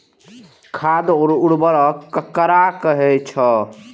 खाद और उर्वरक ककरा कहे छः?